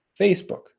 Facebook